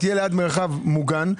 תהיה לי מרחב מוגן,